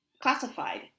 classified